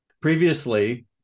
Previously